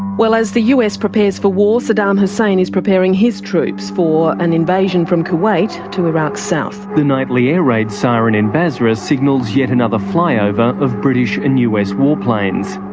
well, as the us prepares for war, saddam hussein is preparing his troops for an invasion from kuwait to iraq's south. the nightly air raid siren in basra signals yet another flyover of british and us warplanes.